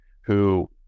who-